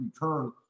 return